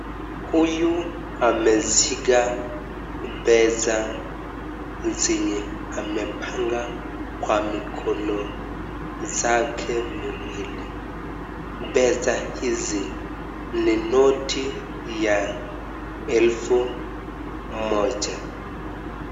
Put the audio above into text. Huyu ameshika pesa zenye amepanga kwa mikono zake miwili. Pesa hizi ni noti ya elfu moja.